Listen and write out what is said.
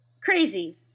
Crazy